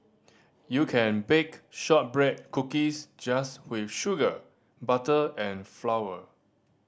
you can bake shortbread cookies just with sugar butter and flour